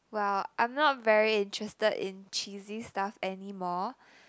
well I'm not very interested in cheesy stuff anymore